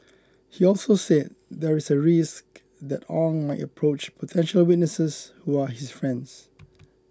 he also said there is a risk that Ong might approach potential witnesses who are his friends